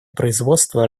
производства